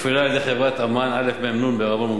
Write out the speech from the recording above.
הופעלה על-ידי חברת "אמן" בע"מ.